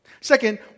Second